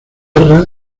guerra